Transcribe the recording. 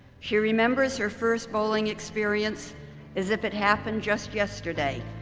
she remembers her first bowling experience as if it happened just yesterday,